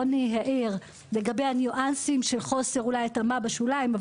רוני העיר לגבי הניואנסים של חוסר ההתאמה בשוליים,